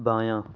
بایاں